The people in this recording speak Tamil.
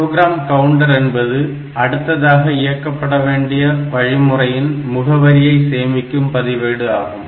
ப்ரோக்ராம் கவுண்டர் என்பது அடுத்ததாக இயக்கப்பட வேண்டிய வழிமுறையின் முகவரியை சேமிக்கும் பதிவேடு ஆகும்